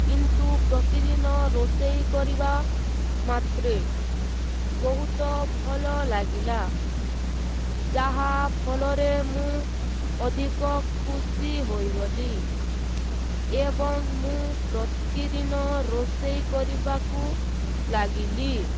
କିନ୍ତୁ ପ୍ରତିଦିନ ରୋଷେଇ କରିବା ମାତ୍ରେ ବହୁତ ଭଲ ଲାଗିଲା ଯାହା ଫଲରେ ମୁଁ ଅଧିକ ଖୁସି ହୋଇଗଲି ଏବଂ ମୁଁ ପ୍ରତିଦିନ ରୋଷେଇ କରିବାକୁ ଲାଗିଲି